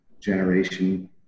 generation